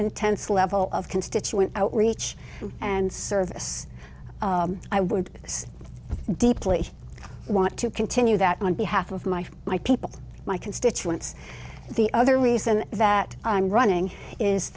intense level of constituent outreach and service i would say deeply want to continue that on behalf of my my people my constituents the other reason that i'm running is